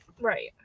right